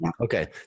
Okay